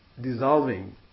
dissolving